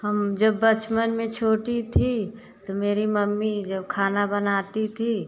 हम जब बचपन में छोटी थी तो मेरी मम्मी जो खाना बनाती थी